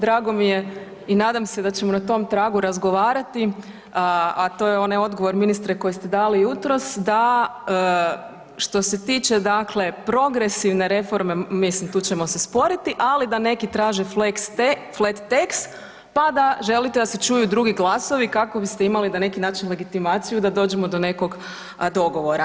Drago mi je i nadam se da ćemo na tom tragu razgovarati, a to je onaj odgovor ministre koji ste dali jutros da što se tiče dakle progresivne reforme, mislim tu ćemo se sporiti ali da neki traže flat tax pa da želite da se čuju drugi glasovi kako biste imali na neki način legitimaciju da dođemo do nekog dogovora.